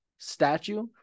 Statue